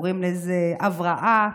קוראים לזה הבראה,